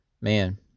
man